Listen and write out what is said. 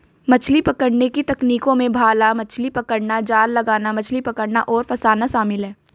मछली पकड़ने की तकनीकों में भाला मछली पकड़ना, जाल लगाना, मछली पकड़ना और फँसाना शामिल है